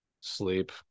sleep